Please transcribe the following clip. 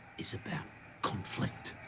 is about conflict.